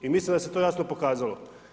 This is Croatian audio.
I mislim da se to jasno pokazalo.